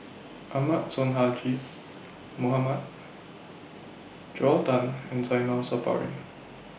Ahmad Sonhadji Mohamad Joel Tan and Zainal Sapari